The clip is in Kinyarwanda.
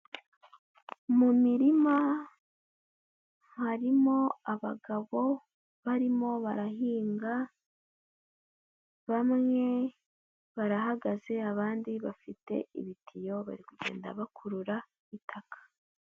Mu mirima harimo abagabo barimo barahinga, bamwe barahagaze abandi bafite ibitiyo bari kugenda bakurura itaka.